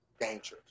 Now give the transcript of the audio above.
dangerous